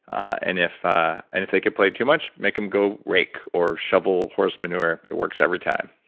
and if ah and if they complain too much, make them go rake or shovel horse manure. it works every time